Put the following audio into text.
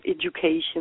education